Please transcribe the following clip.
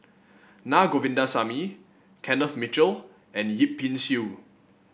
Na Govindasamy Kenneth Mitchell and Yip Pin Xiu